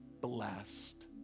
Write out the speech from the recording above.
Blessed